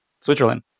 Switzerland